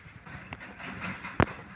कन्यादान बीमा ले मोर लइका ल का लाभ हवय?